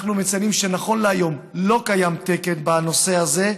אנחנו מציינים שנכון להיום לא קיים תקן בנושא הזה,